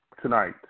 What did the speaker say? tonight